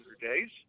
days